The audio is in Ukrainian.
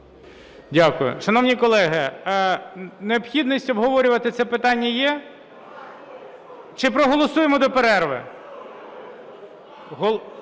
Дякую. Шановні колеги, необхідність обговорювати це питання є? Чи проголосуємо до перерви?